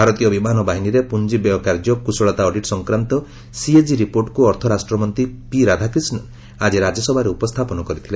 ଭାରତୀୟ ବିମାନ ବାହିନୀରେ ପୁଞ୍ଜି ବ୍ୟୟ କାର୍ଯ୍ୟ କୁଶଳତା ଅଡିଟ୍ ସଂକ୍ରାନ୍ତ ସିଏକି ରିପୋର୍ଟକୁ ଅର୍ଥ ରାଷ୍ଟ୍ରମନ୍ତ୍ରୀ ପି ରାଧାକ୍ରିଷ୍ଣନ୍ ଆଜି ରାଜ୍ୟସଭାରେ ଉପସ୍ଥାପନ କରିଥିଲେ